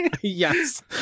yes